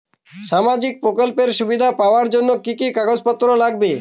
সামাজিক প্রকল্পের সুবিধা পাওয়ার জন্য কি কি কাগজ পত্র লাগবে?